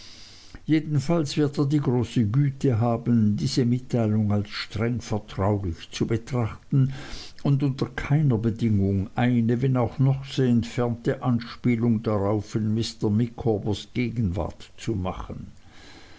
jedenfalls wird er die große güte haben diese mitteilung als streng vertraulich zu betrachten und unter keiner bedingung eine wenn auch noch so entfernte anspielung darauf in mr micawbers gegenwart zu machen